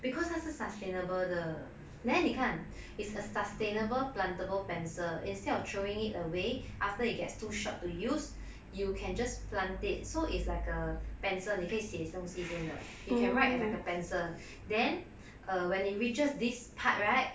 because 它是 sustainable 的 nah 你看 it's a sustainable plantable pencil instead of throwing it away after it gets too short to use you can just plant it so it's like a pencil 你可以写东西先的 you can write like a pencil then err when it reaches this part right